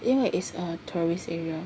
因为 it's a tourist area